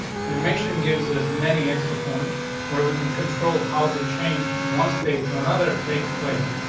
animation gives us many extra points where we can control how they change from one state to another. takes place.